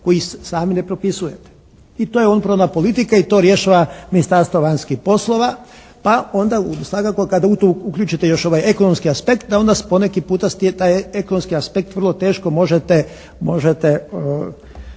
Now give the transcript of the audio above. koje sami ne propisujete i to je …/Govornik se ne razumije./… i to rješava Ministarstvo vanjskih poslova pa onda svakako kad u to uključite onda ovaj ekonomski aspekt da onda poneki puta se taj ekonomski aspekt vrlo teško možete,